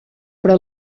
però